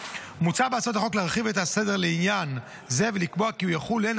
מוצע בהצעת החוק להרחיב את ההסדר לעניין זה ולקבוע כי הוא יחול הן